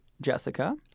Jessica